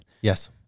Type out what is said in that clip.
Yes